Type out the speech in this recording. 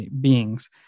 beings